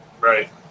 Right